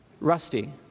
Rusty